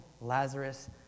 Lazarus